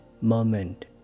moment